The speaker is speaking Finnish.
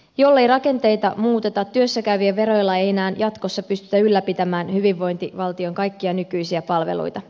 jollei rakenteita muuteta työssä käyvien veroilla ei enää jatkossa pystytä ylläpitämään hyvinvointivaltion kaikkia nykyisiä palveluita